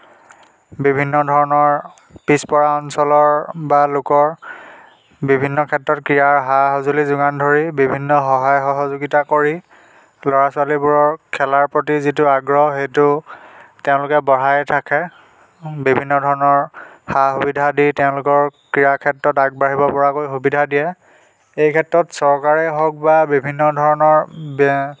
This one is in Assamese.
বিভিন্ন ধৰণৰ পিছপৰা অঞ্চলৰ বা লোকৰ বিভিন্ন ক্ষেত্ৰত ক্ৰীড়াৰ সা সঁজুলি যোগান ধৰি বিভিন্ন সহায় সহযোগিতা কৰি ল'ৰা ছোৱালীবোৰক খেলাৰ প্ৰতি যিটো আগ্ৰহ সেইটো তেওঁলোকে বঢ়াই থাকে বিভিন্ন ধৰণৰ সা সুবিধা দি তেওঁলোকক ক্ৰীড়া ক্ষেত্ৰত আগবাঢ়িব পৰাকৈ সুবিধা দিয়ে এইক্ষেত্ৰত চৰকাৰে হওক বা বিভিন্ন ধৰণৰ